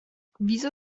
wieso